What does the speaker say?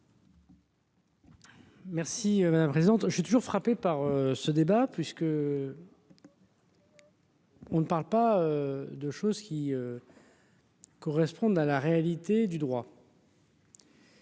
Merci. Il y avait un présente, je suis toujours frappé par ce débat puisque. On ne parle pas de chose qui. Correspondent à la réalité du droit.